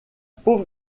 pauvre